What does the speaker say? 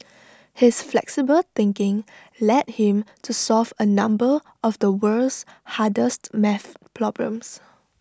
his flexible thinking led him to solve A number of the world's hardest maths problems